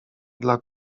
dla